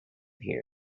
here